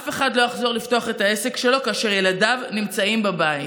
אף אחד לא יחזור לפתוח את העסק שלו כאשר ילדיו נמצאים בבית.